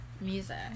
Music